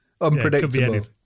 Unpredictable